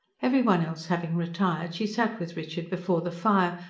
every one else having retired, she sat with richard before the fire,